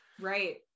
Right